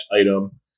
item